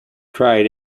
cried